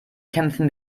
kämpfen